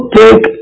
take